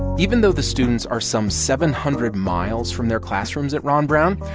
even though the students are some seven hundred miles from their classrooms at ron brown,